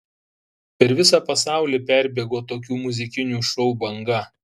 per visą pasaulį perbėgo tokių muzikinių šou banga